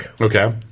Okay